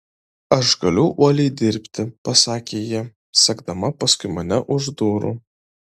aš galiu uoliai dirbti pasakė ji sekdama paskui mane už durų